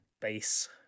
base